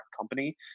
company